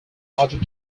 logic